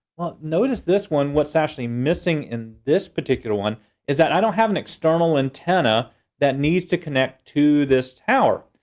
well, notice this one. what's actually missing in this particular one is that i don't have an external antenna that needs to connect to this tower.